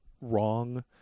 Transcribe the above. wrong